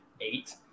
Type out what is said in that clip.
eight